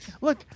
look